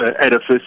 edifice